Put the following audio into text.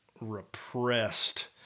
repressed